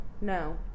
No